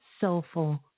soulful